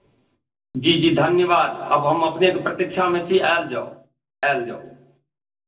जी जी धन्यवाद आब हम अपनेक प्रतीक्षामे छी आयल जाउ आयल जाउ